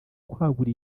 kwagura